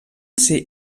ser